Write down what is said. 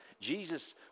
Jesus